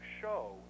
show